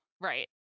Right